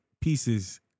pieces